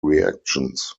reactions